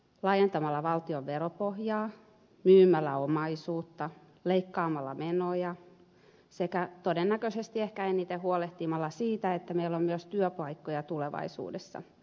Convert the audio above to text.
laajentamalla valtion veropohjaa myymällä omaisuutta leikkaamalla menoja sekä ehkä todennäköisimmin huolehtimalla siitä että meillä on myös työpaikkoja tulevaisuudessa